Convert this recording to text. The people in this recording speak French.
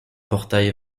portails